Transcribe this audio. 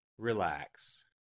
Relax